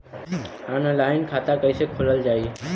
Online खाता कईसे खोलल जाई?